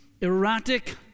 erratic